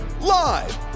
live